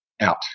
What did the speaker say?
out